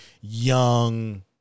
young